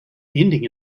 ending